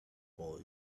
boy